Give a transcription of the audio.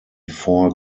four